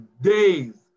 days